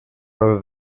rather